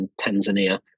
Tanzania